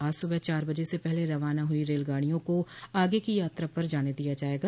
आज सुबह चार बजे से पहले रवाना हुई रेलगाडियों को आगे की यात्रा पर जाने दिया जाएगा